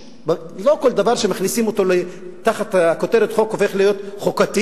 לא כל דבר שמכניסים אותו תחת כותרת "חוק" הופך להיות חוקתי.